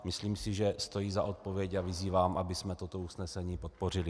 Myslím si, že stojí za odpovědi, a vyzývám, abychom toto usnesení podpořili.